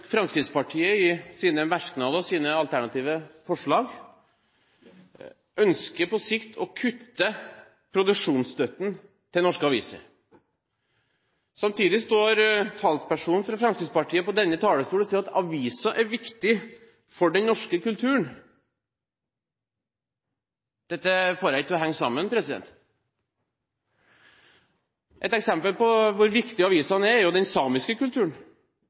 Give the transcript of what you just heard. Fremskrittspartiet i sine merknader og i sine alternative forslag ønsker på sikt å kutte produksjonsstøtten til norske aviser. Samtidig står den kulturpolitiske talspersonen for Fremskrittspartiet på denne talerstolen og sier at aviser er viktig for den norske kulturen. Dette får jeg ikke til å henge sammen. Et eksempel på hvor viktige avisene er, er den samiske kulturen,